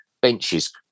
benches